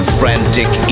frantic